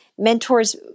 Mentors